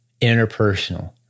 interpersonal